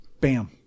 bam